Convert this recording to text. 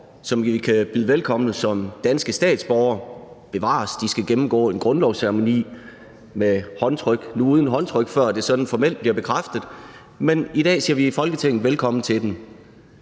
knap 3.000 borgere som nye danske statsborgere. Bevares, de skal gennemgå en grundlovsceremoni med håndtryk – nu uden håndtryk – før det sådan formelt bliver bekræftet, men i dag siger vi i Folketinget velkommen til dem.